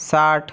साठ